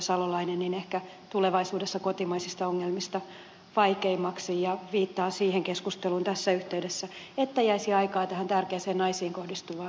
salolainen ehkä tulevaisuudessa kotimaisista ongelmista vaikeimmaksi ja viittaan siihen keskusteluun tässä yhteydessä että jäisi aikaa tähän tärkeään naisiin kohdistuvan väkivallan kysymykseen